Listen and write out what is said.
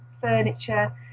furniture